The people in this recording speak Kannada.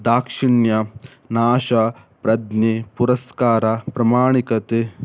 ದಾಕ್ಷಿಣ್ಯ ನಾಶ ಪ್ರಜ್ಞೆ ಪುರಸ್ಕಾರ ಪ್ರಾಮಾಣಿಕತೆ